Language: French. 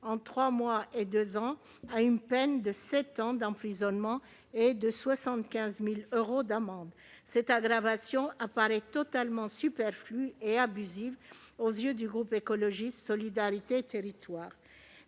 entre trois mois et deux ans à une peine de sept ans d'emprisonnement et de 75 000 euros d'amende. Cette aggravation apparaît totalement superflue et abusive aux membres du groupe Écologiste-Solidarité et Territoires.